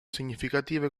significative